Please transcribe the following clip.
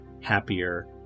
happier